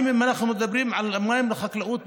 אם אנחנו מדברים על מים לחקלאות,